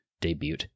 debut